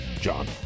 John